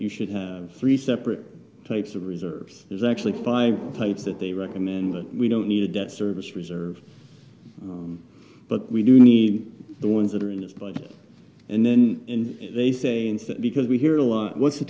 you should have three separate types of reserves there's actually five pipes that they recommend that we don't need a debt service reserve but we do need the ones that are in this place and then they say that because we hear a lot what's